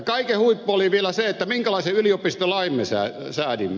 kaiken huippu oli vielä se minkälaisen yliopistolain me säädimme